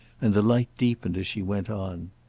and the light deepened as she went on.